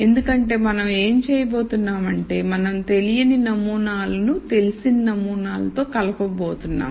ఎందుకంటే మనం ఏమి చేయబోతున్నాం అంటే మనం తెలియని నమూనాలను తెలిసిన నమూనాలతో కలవబోతునాము